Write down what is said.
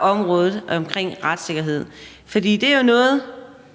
området omkring retssikkerhed. For det er jo noget,